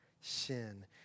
sin